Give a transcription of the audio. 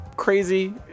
crazy